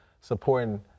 supporting